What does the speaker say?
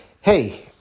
Hey